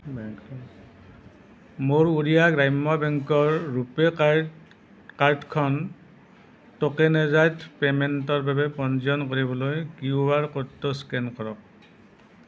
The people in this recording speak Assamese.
মোৰ উৰিষ্য়া গ্ৰাম্য বেংকৰ ৰুপে কাৰ্ড কাৰ্ডখন ট'কেনাইজ্ড পে'মেণ্টৰ বাবে পঞ্জীয়ন কৰিবলৈ কিউআৰ ক'ডটো স্কেন কৰক